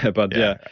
ah but yeah,